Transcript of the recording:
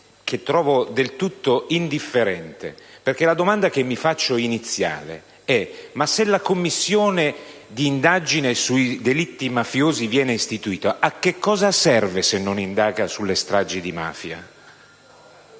che trovo del tutto indifferente. La domanda iniziale che mi faccio è la seguente: ma se la Commissione di inchiesta sui delitti mafiosi viene istituita, a che cosa serve, se non indaga sulle stragi di mafia?